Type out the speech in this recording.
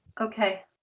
Okay